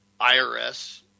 IRS